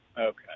okay